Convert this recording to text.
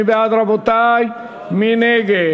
מי בעד, רבותי, ומי נגד?